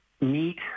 meet